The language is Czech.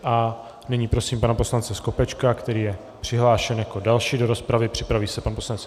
A nyní prosím pana poslance Skopečka, který je přihlášen jako další do rozpravy, připraví se pan poslanec Ferjenčík.